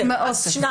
אוסף, אז שניים.